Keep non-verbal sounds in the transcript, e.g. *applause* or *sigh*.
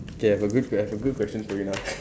okay I've a good I've a good question for you now *noise*